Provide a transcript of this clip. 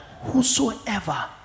whosoever